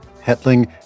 Hetling